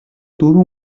дөрвөн